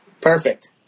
perfect